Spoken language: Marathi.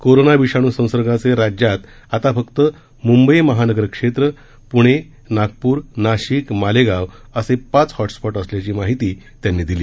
कोरोना विषाणू संसर्गाचे राज्यात आता फक्त मुंबई महानगर क्षेत्र पुणे नागपूर नाशिक मालेगाव असे पाच हॉटस्पॉट असल्याची माहिती त्यांनी दिली